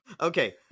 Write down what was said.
Okay